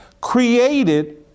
created